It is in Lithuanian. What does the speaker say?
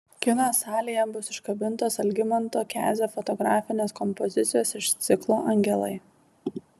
kino salėje bus iškabintos algimanto kezio fotografinės kompozicijos iš ciklo angelai